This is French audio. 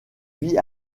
vit